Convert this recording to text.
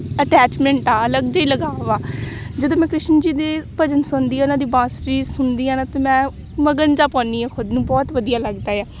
attachment ਆ ਅਲੱਗ ਜਿਹਾ ਲਗਾਉ ਆ ਜਦੋਂ ਮੈਂ ਕ੍ਰਿਸ਼ਨ ਜੀ ਦੇ ਭਜਨ ਸੁਣਦੀ ਉਹਨਾਂ ਦੀ ਬਾਂਸਰੀ ਸੁਣਦੀ ਹਾਂ ਨਾ ਤਾਂ ਮੈਂ ਮਗਨ ਜਿਹਾ ਪਾਉਂਦੀ ਹਾਂ ਖੁਦ ਨੂੰ ਬਹੁਤ ਵਧੀਆ ਲੱਗਦਾ ਆ